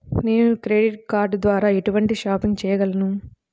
నేను credit card ద్వార ఎటువంటి షాపింగ్ చెయ్యగలను?